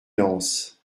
lens